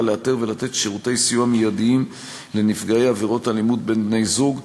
לאתר ולתת שירותי סיוע מיידיים לנפגעי עבירות אלימות בין בני-זוג.